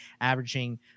averaging